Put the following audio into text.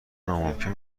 ناممکن